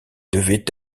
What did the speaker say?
devaient